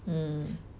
mm